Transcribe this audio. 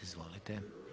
Izvolite.